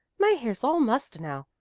my hair's all mussed now.